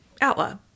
outlaw